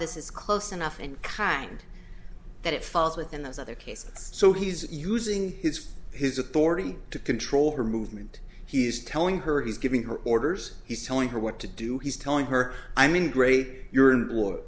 this is close enough in kind that it falls within those other cases so he's using his his authority to control her movement he's telling her he's giving her orders he's telling her what to do he's telling her i mean great